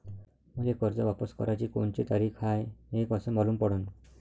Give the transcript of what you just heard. मले कर्ज वापस कराची कोनची तारीख हाय हे कस मालूम पडनं?